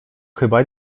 chyba